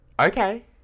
Okay